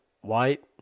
white